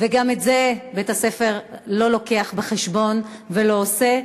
וגם את זה בית-הספר לא מביא בחשבון ולא עושה,